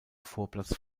vorplatz